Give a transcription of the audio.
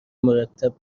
مرتب